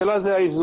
השאלה היא האיזון.